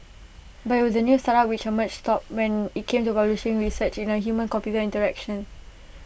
but IT was the new startup which emerged top when IT came to publishing research in A humancomputer interactions